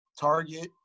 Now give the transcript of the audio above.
target